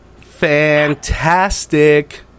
Fantastic